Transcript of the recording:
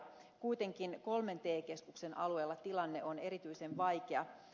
kuitenkin kolmen te keskuksen alueella tilanne on erityisen vaikea